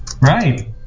right